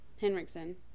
henriksen